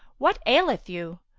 what aileth you?